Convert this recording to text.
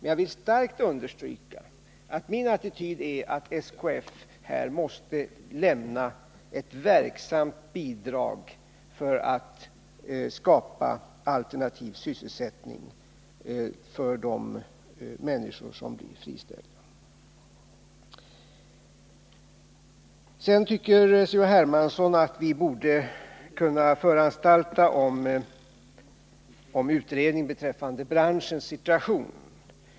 Jag vill starkt understryka att min attityd är att SKF här måste lämna ett verksamt bidrag för att skapa alternativ sysselsättning för de människor som blir friställda. C.-H. Hermansson tycker att vi borde kunna föranstalta om utredning beträffande branschens situation.